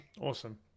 awesome